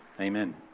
amen